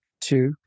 Two